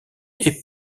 est